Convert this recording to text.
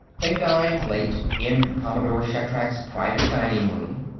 they dined late, in commodore shatrak's private dining room.